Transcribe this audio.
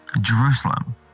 Jerusalem